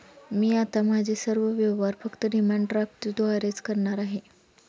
मी आता माझे सर्व व्यवहार फक्त डिमांड ड्राफ्टद्वारेच करणार आहे